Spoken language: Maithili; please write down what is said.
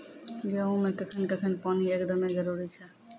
गेहूँ मे कखेन कखेन पानी एकदमें जरुरी छैय?